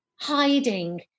hiding